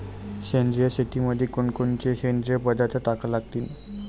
सेंद्रिय शेतीमंदी कोनकोनचे सेंद्रिय पदार्थ टाका लागतीन?